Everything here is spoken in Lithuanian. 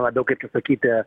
labiau kaip čia sakyti